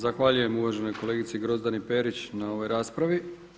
Zahvaljujem uvaženoj kolegici Grozdani Perić na ovoj raspravi.